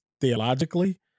theologically